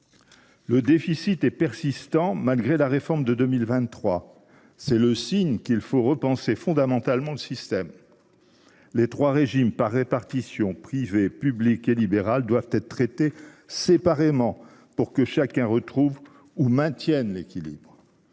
le déficit est persistant. C’est le signe qu’il faut repenser fondamentalement le système. Les trois régimes par répartition, privé, public et libéral, doivent être traités séparément, pour que chacun retrouve ou maintienne l’équilibre.